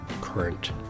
current